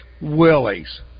Willies